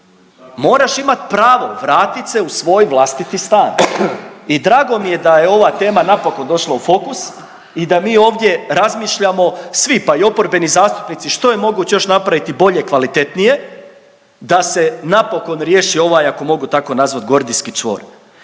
Moraš imat pravo vratit se u svoj vlastiti stan. I drago mi je da je ova tema napokon došla u fokus i da mi ovdje razmišljamo svi pa i oporbeni zastupnici što je moguće još napraviti bolje, kvalitetnije da se napokon riješi ovaj, ako mogu tako nazvat gordijski čvor.